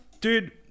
dude